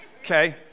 okay